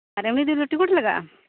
ᱟᱨ ᱮᱢᱱᱤ ᱫᱤᱱ ᱨᱮᱫᱚ ᱴᱤᱠᱤᱴ ᱞᱟᱜᱟᱜᱼᱟ